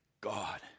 God